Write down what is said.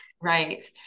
Right